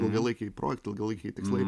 ilgalaikiai projektai ilgalaikiai tikslai